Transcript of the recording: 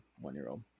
one-year-old